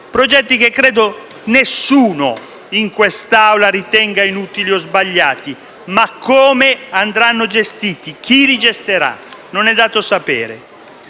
progetti che credo nessuno in quest'Aula ritenga inutili o sbagliati. Ma come andranno gestiti? Chi li gestirà? Non è dato saperlo.